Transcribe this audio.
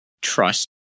trust